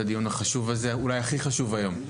הדיון החשוב הזה; אולי הכי חשוב היום.